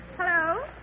Hello